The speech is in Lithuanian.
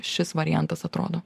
šis variantas atrodo